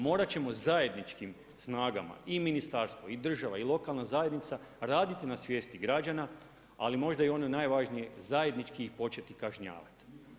Morat ćemo zajedničkim snagama i ministarstvo i država i lokalna zajednica, raditi na svijesti građana ali možda i ono najvažnije, zajednički ih početi kažnjavati.